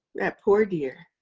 that poor dear.